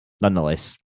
nonetheless